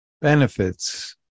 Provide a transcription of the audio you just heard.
benefits